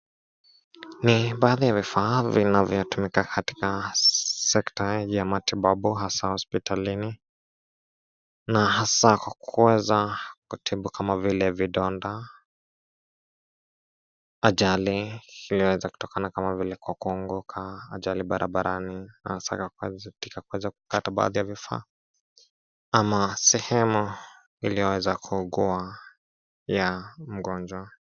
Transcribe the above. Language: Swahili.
Ni baadhi ya vifaa vinavyotumika katika sekta ya matibabu, haswa hospitalini, na haswa kwa kuweza kutibu kama vile vidonda, ajali iliyoweza kutokana kama vile kwa kwa kuanguka, ajali barabarani na haswa kwa kuweza katika kuweza kukata baadhi ya vifaa ama sehemu iliyoweza kuugua ya mgonjwa.